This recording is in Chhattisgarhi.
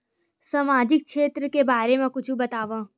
सामजिक क्षेत्र के बारे मा कुछु बतावव?